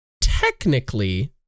technically